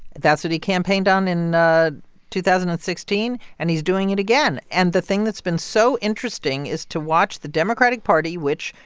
that's what he campaigned on in two thousand and sixteen. and he's doing it again. and the thing that's been so interesting is to watch the democratic party, which,